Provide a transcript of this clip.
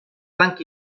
blanc